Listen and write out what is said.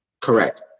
Correct